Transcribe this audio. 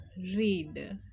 read